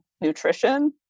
nutrition